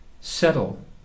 Settle